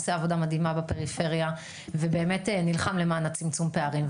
עושה עבודה מדהימה בפריפריה ובאמת נלחם למען צמצום הפערים.